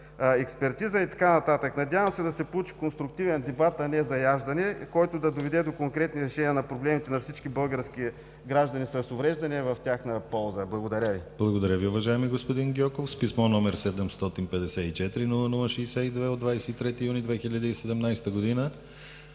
експертиза и така нататък. Надявам се да се получи конструктивен дебат, а не заяждане, който да доведе до конкретни решения на проблемите на всички български граждани с увреждания в тяхна полза. Благодаря Ви. ПРЕДСЕДАТЕЛ ДИМИТЪР ГЛАВЧЕВ: Благодаря Ви, уважаеми господин Гьоков. С писмо, № 754-00-62, от 23 юни 2017 г.,